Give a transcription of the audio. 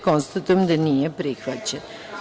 Konstatujem da nije prihvaćen.